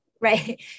right